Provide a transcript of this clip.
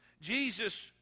Jesus